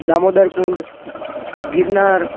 Damodar Kund Girnar